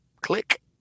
click